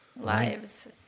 Lives